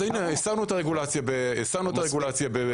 שמנו את הרגולציה בבריאות.